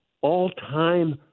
all-time